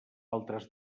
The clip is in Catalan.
altres